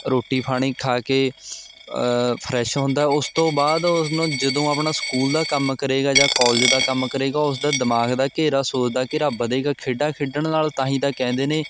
ਰੋਟੀ ਪਾਣੀ ਖਾ ਕੇ ਫਰੈਸ਼ ਹੁੰਦਾ ਉਸ ਤੋਂ ਬਾਅਦ ਉਸਨੂੰ ਜਦੋਂ ਆਪਣਾ ਸਕੂਲ ਦਾ ਕੰਮ ਕਰੇਗਾ ਜਾਂ ਕੋਲਜ ਦਾ ਕੰਮ ਕਰੇਗਾ ਉਸਦਾ ਦਿਮਾਗ਼ ਦਾ ਘੇਰਾ ਸੋਚ ਦਾ ਘੇਰਾ ਵਧੇਗਾ ਖੇਡਾਂ ਖੇਡਣ ਨਾਲ ਤਾਂ ਹੀ ਤਾਂ ਕਹਿੰਦੇ ਨੇ